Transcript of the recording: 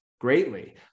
greatly